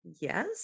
yes